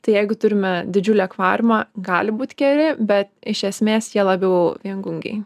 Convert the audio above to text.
tai jeigu turime didžiulį akvariumą gali būt keli bet iš esmės jie labiau viengungiai